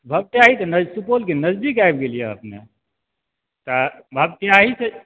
भपटियाही तऽ नज सुपौलके नजदीक आबि गेलिए अपने तऽ भपटियाही से